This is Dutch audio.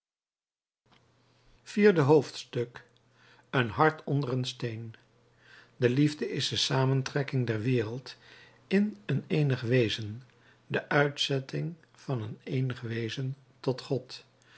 vierde hoofdstuk een hart onder een steen de liefde is de samentrekking der wereld in een eenig wezen de uitzetting van een eenig wezen tot god